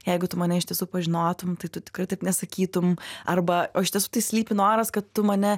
jeigu tu mane iš tiesų pažinotum tai tu tikrai taip nesakytum arba o iš tiesų tai slypi noras kad tu mane